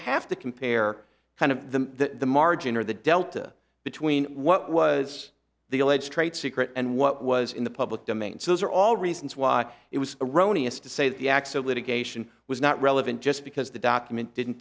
have to compare kind of the margin or the delta between what was the alleged trade secret and what was in the public domain so those are all reasons why it was erroneous to say that the acts of litigation was not relevant just because the document didn't